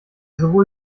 sowohl